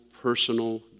personal